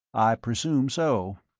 i presume so.